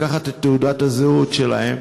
לקחת את תעודת הזהות שלהם,